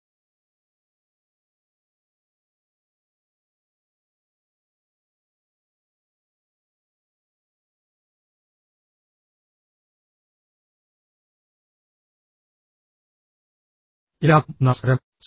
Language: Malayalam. എല്ലാവർക്കും നമസ്കാരം